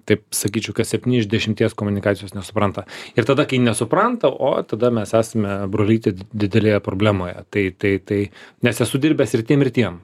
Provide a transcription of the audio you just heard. taip sakyčiau kad septyni iš dešimties komunikacijos nesupranta ir tada kai nesupranta o tada mes esame brolyti didelėje problemoje tai tai tai nes esu dirbęs ir tiem ir tiem